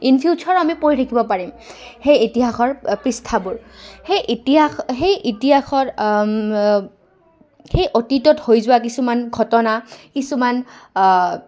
in future আমি পঢ়ি থাকিব পাৰিম সেই ইতিহাসৰ পৃষ্ঠাবোৰ সেই ইতিহাস সেই ইতিহাসৰ সেই অতীতত হৈ যোৱা কিছুমান ঘটনা কিছুমান